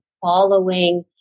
following